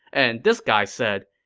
and this guy said,